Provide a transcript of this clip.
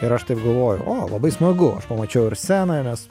ir aš taip galvoju o labai smagu aš pamačiau ir sceną nes